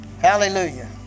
Hallelujah